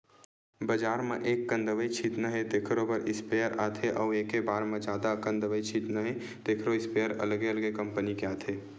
बजार म एककन दवई छितना हे तेखरो बर स्पेयर आथे अउ एके बार म जादा अकन दवई छितना हे तेखरो इस्पेयर अलगे अलगे कंपनी के आथे